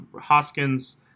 Hoskins